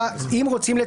איזונים.